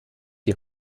die